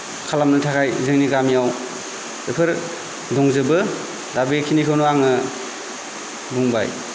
खालामनो थाखाय जोंनि गामियाव बेफोर दंजोबो दा बेखिनिखौनो आङो बुंबाय